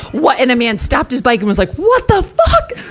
what? and a man stopped his bike and was like, what the fuck!